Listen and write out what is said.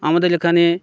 আমাদের এখানে